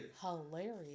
hilarious